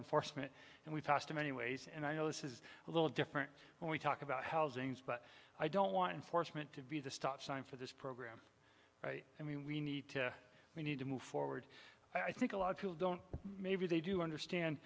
enforcement and we passed in many ways and i know this is a little different when we talk about housing but i don't want to force meant to be the stop sign for this program i mean we need to we need to move forward i think a lot of people don't maybe they do understand